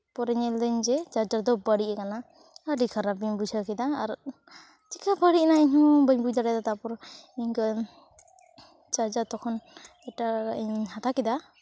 ᱯᱚᱨᱮ ᱧᱮᱞ ᱫᱟᱹᱧ ᱡᱮ ᱪᱟᱨᱡᱟᱨ ᱫᱚ ᱵᱟᱹᱲᱤᱡ ᱠᱟᱱᱟ ᱟᱹᱰᱤ ᱠᱷᱟᱨᱟᱯ ᱤᱧ ᱵᱩᱡᱷᱟᱹᱣ ᱠᱮᱫᱟ ᱟᱨ ᱪᱤᱠᱟᱹ ᱵᱟᱹᱲᱤᱡ ᱮᱱᱟ ᱤᱧᱦᱚᱸ ᱵᱟᱹᱧ ᱵᱩᱡᱽ ᱫᱟᱲᱮ ᱟᱫᱟ ᱛᱟᱨᱯᱚᱨ ᱤᱝᱠᱟᱹ ᱪᱟᱨᱡᱟᱨ ᱛᱚᱠᱷᱚᱱ ᱮᱴᱟᱜᱟᱜ ᱤᱧ ᱦᱟᱛᱟᱣ ᱠᱮᱫᱟ